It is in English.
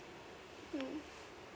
mm